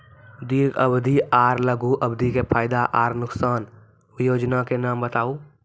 दीर्घ अवधि आर लघु अवधि के फायदा आर नुकसान? वयोजना के नाम बताऊ?